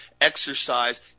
Exercise